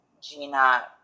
Gina